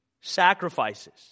sacrifices